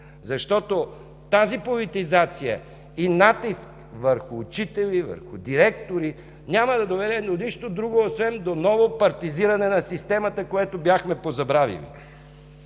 защото тази политизация и натиск върху учители, върху директори няма да доведе до нищо друго, освен до ново партизиране на системата, което бяхме позабравили.